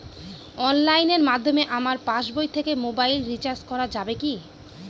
অনলাইনের মাধ্যমে আমার পাসবই থেকে মোবাইল রিচার্জ করা যাবে কি?